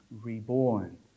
reborn